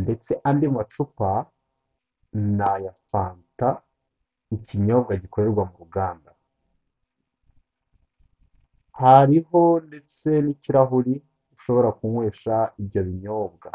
Ndetse andi macupa, ni aya fanta, ikinyobwa gikorerwa mu ruganda. Hariho ndetse n'ikirahuri, ushobora kunywesha ibyo binyobwa.